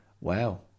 wow